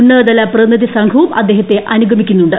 ഉന്നതതല പ്രതിനിധി സംഘവും അദ്ദേഹത്തെ അനുഗമിക്കുന്നുണ്ട്